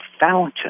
fountain